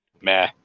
Meh